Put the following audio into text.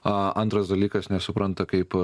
antras dalykas nesupranta kaip